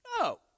No